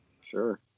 sure